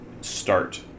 start